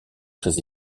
très